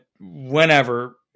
whenever